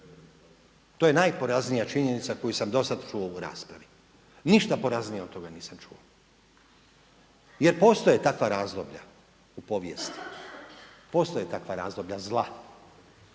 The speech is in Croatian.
To je najporaznija činjenica koju sam do sada čuo u raspravi, ništa poraznije od toga nisam čuo jer postoje takva razdoblja u povijesti, postoje takva razdoblja zla